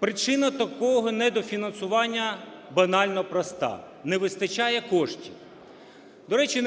Причина такого недофінансування банально проста: не вистачає коштів. До речі,